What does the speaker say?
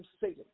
Satan